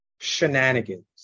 shenanigans